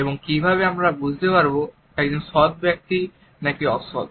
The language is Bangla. এবং কিভাবে আমরা বুঝতে পারবো একজন ব্যক্তি সৎ নাকি অসৎ